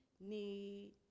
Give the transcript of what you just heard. need